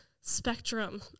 spectrum